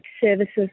services